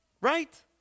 Right